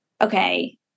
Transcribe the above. okay